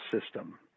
system